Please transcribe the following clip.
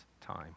time